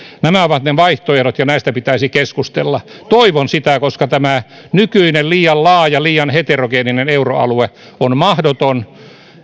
nämä ovat ne vaihtoehdot ja näistä pitäisi keskustella toivon sitä koska tämä nykyinen liian laaja liian heterogeeninen euroalue on mahdoton